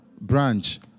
branch